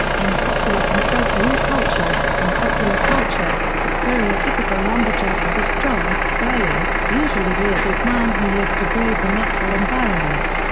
in popular and folklore culture in popular culture, the stereotypical lumberjack is a strong, burly, usually bearded man who lives to brave the natural environment.